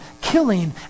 killing